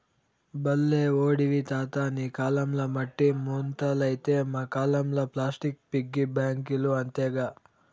బల్లే ఓడివి తాతా నీ కాలంల మట్టి ముంతలైతే మా కాలంల ప్లాస్టిక్ పిగ్గీ బాంకీలు అంతేగా